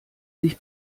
sich